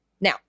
Now